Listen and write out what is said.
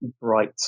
bright